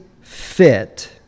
fit